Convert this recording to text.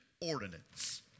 ordinance